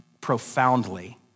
profoundly